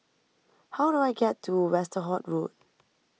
how do I get to Westerhout Road